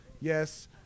yes